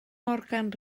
morgan